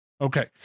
Okay